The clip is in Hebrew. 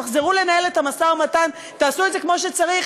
תחזרו לנהל את המשא-ומתן, תעשו את זה כמו שצריך.